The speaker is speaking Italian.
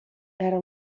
era